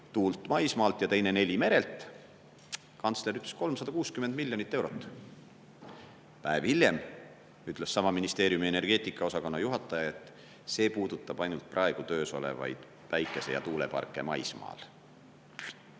tuult maismaalt ja teine 4 merelt. Kantsler ütles, et 360 miljonit eurot. Päev hiljem ütles sama ministeeriumi energeetikaosakonna juhataja, et see puudutab ainult praegu töös olevaid päikese- ja tuuleparke maismaal. Küsisin